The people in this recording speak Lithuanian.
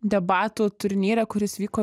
debatų turnyre kuris vyko